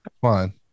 Fine